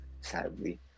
sadly